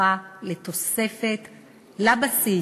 הבטחה לתוספת לבסיס,